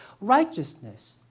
righteousness